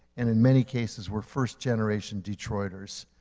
and in many cases, were first-generation detroiters.